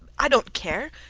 i dont care.